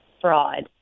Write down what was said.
fraud